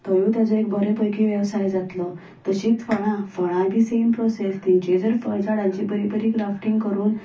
थंयूय ताचो एक बरो पैकी वेवसाय जातलो तशींच फळां फळां बी सेम प्रोसेस तेंची जर फळ झाडांची बरी बरी ग्राफ्टिंग करून